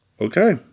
Okay